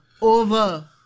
Over